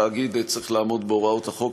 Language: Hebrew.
התאגיד צריך לעמוד בהוראות החוק,